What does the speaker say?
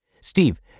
Steve